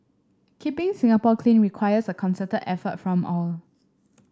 keeping Singapore clean requires a concerted effort from all